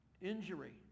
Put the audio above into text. Injury